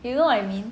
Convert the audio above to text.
you know what I mean